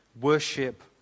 worship